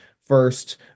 first